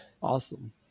Awesome